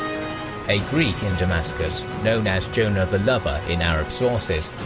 a greek in damascus known as jonah the lover, in arab sources,